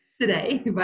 today